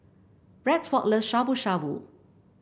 Rexford love Shabu Shabu